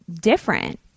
different